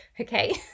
okay